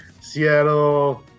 Seattle